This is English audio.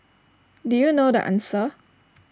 do you know the answer